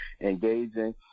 engaging